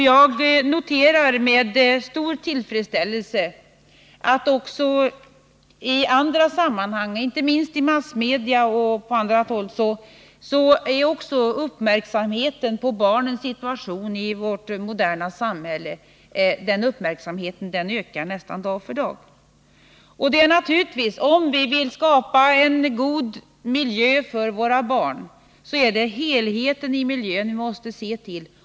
Jag noterar med stor tillfredsställelse att också i andra sammanhang, inte minst i massmedia och på andra håll, uppmärksamheten på barnens situation i vårt moderna samhälle ökar nästan dag för dag. Om vi vill skapa en god miljö för våra barn är det naturligtvis helheten i miljön vi måste se till.